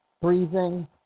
breathing